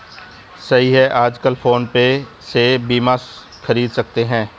सही है आजकल फ़ोन पे से बीमा ख़रीद सकते हैं